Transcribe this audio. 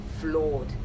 flawed